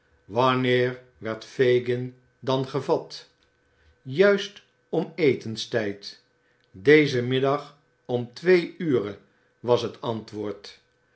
wanneer werd fagin dan gevat juist om etenstijd dezen middag om twee ure was het antwoord